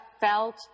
felt